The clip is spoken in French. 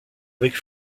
avec